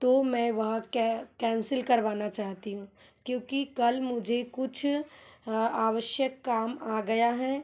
तो मैं वह कैंसिल करवाना चाहती हूँ क्योंकि कल मुझे कुछ आवश्यक काम आ गया है